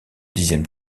dixième